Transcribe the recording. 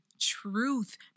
truth